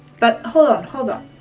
but hold on! hold on!